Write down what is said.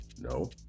No